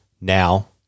Now